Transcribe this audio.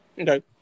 Okay